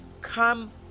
come